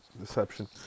deception